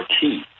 key